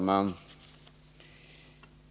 Fru talman!